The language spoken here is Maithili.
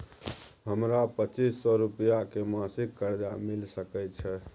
हमरा पच्चीस सौ रुपिया के मासिक कर्जा मिल सकै छै?